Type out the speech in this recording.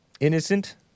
Innocent